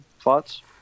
Thoughts